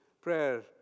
prayer